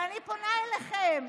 ואני פונה אליכם.